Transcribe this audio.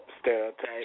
Stereotype